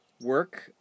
work